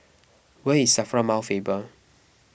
where is S A F R A Mount Faber